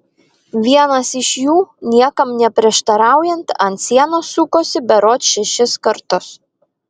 vienas iš jų niekam neprieštaraujant ant sienos sukosi berods šešis kartus